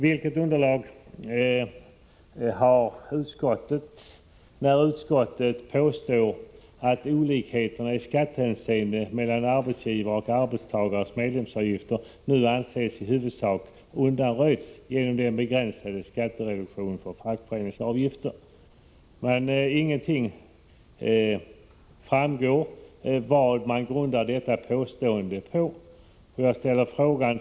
Vilket underlag har utskottet för påståendet att olikheterna i skattehänseende mellan arbetsgivares och arbetstagares medlemsavgifter nu i huvudsak anses undanröjda genom den begränsade skattereduktionen för fackföreningsavgifter? Det framgår inte vad man grundar detta påstående på.